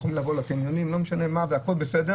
הם יכולים לבוא לקניונים והכול בסדר